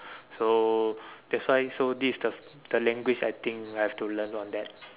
so that's why so this the language I think I have to learn on that